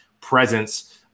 presence